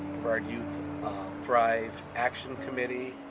brevard youth thrive action committee,